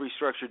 restructured